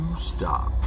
stop